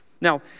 Now